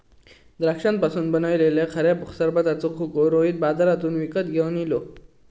द्राक्षांपासून बनयलल्या खऱ्या सरबताचो खोको रोहित बाजारातसून विकत घेवन इलो